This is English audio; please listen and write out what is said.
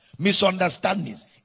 misunderstandings